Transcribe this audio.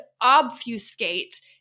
obfuscate